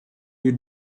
you